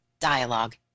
dialogue